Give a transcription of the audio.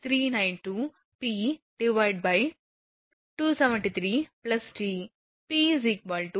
p 740 மற்றும் t 27